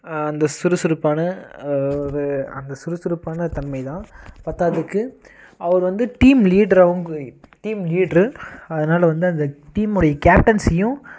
அந்த சுறுசுறுப்பான வே அந்த சுறுசுறுப்பான தன்மை தான் பத்தாததுக்கு அவர் வந்து டீம் லீட்ராகவும் டீம் லீட்ரு அதனால் வந்து அந்த டீமோடைய கேப்டன்சியும்